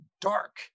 dark